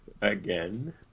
Again